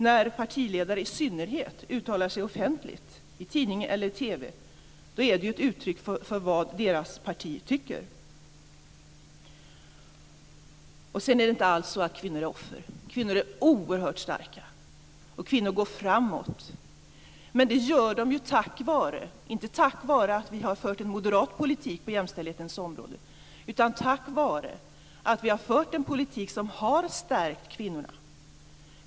När i synnerhet partiledare uttalar sig offentligt, i tidning eller i TV, är det ett uttryck för vad deras parti tycker. Det är inte alls så att kvinnor är offer. Kvinnor är oerhört starka. Kvinnor går framåt. Men det gör de inte tack vare att vi har fört en moderat politik på jämställdhetens område, utan tack vare att vi har fört en politik som har stärkt kvinnorna.